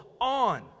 on